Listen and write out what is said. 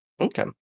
Okay